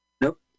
Nope